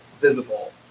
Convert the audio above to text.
visible